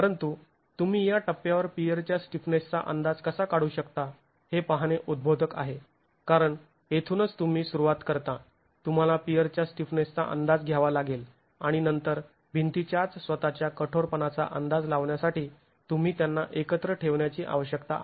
परंतु तुम्ही या टप्प्यावर पियरच्या स्टिफनेसचा अंदाज कसा काढू शकता हे पाहणे उद्बोधक आहे कारण येथूनच तुम्ही सुरुवात करता तुम्हाला पियरच्या स्टिफनेसचा अंदाज घ्यावा लागेल आणि नंतर भिंतीच्याच स्वतःच्या कठोरपणाचा अंदाज लावण्यासाठी तुम्ही त्यांना एकत्र ठेवण्याची आवश्यकता आहे